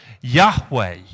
Yahweh